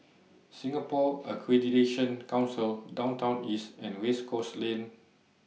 Singapore Accreditation Council Downtown East and Race Course Lane